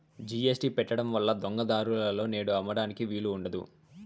GST పెట్టడం వల్ల దొంగ దారులలో నేడు అమ్మడానికి వీలు ఉండదు